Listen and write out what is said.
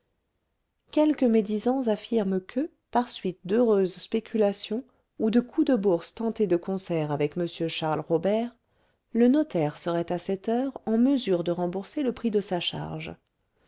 quelques médisants affirment que par suite d'heureuses spéculations ou de coups de bourse tentés de concert avec m charles robert le notaire serait à cette heure en mesure de rembourser le prix de sa charge